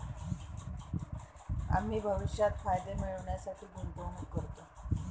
आम्ही भविष्यात फायदे मिळविण्यासाठी गुंतवणूक करतो